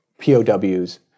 POWs